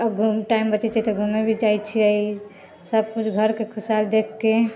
आओर टाइम बचै छै तऽ घुमे भी जाइ छियै सबकुछ घरके खुशहाल देखिके